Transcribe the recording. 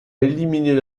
éliminer